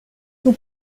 vous